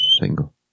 Single